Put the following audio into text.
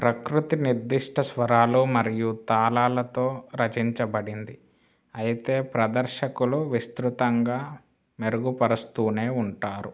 ప్రకృతి నిర్దిష్ట స్వరాలు మరియు తాళాలతో రచించబడింది అయితే ప్రదర్శకులు విస్తృతంగా మెరుగుపరుస్తూనే ఉంటారు